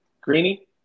Greeny